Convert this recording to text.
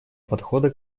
подхода